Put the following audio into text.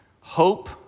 Hope